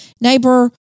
neighbor